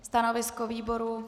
Stanovisko výboru?